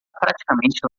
praticamente